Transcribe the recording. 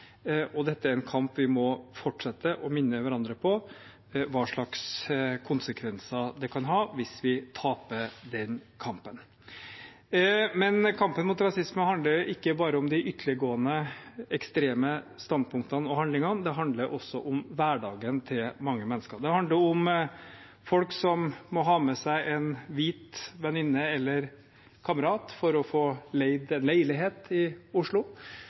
Dette er en kamp vi må fortsette, og vi minne hverandre på hva slags konsekvenser det kan ha hvis vi taper den kampen. Men kampen mot rasisme handler ikke bare om de ytterliggående, ekstreme standpunktene og handlingene. Det handler også om hverdagen til mange mennesker. Det handler om folk som må ha med seg en hvit venninne eller kamerat for å få leid en leilighet i Oslo.